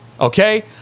Okay